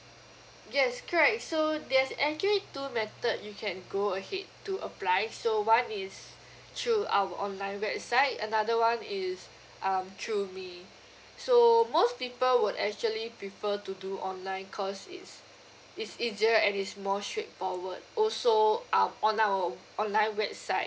yes correct so there's actually two method you can go ahead to apply so one is through our online website another [one] is um through me so most people would actually prefer to do online cause it's it's easier and it's more straight forward also um on our online website